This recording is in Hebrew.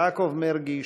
יעקב מרגי,